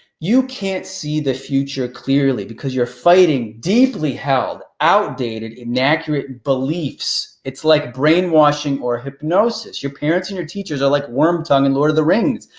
you can't see the future clearly because you're fighting deeply held, outdated, inaccurate beliefs. it's like brainwashing or hypnosis. your parents and your teachers are like worm tongue in lord of the rings.